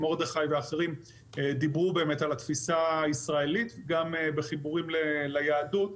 מרדכי ואחרים דיברו על התפיסה הישראלית גם בחיבורים ליהדות.